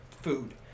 food